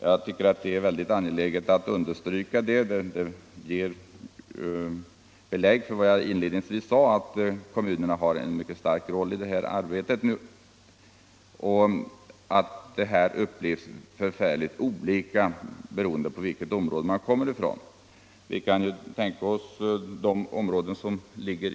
Jag tycker att det är mycket angeläget att understryka det. Det ger belägg för vad jag inledningsvis sade, nämligen att kommunerna har en mycket betydande roll i det här arbetet. Det här upplevs mycket olika i olika områden.